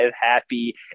happy